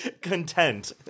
content